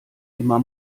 immer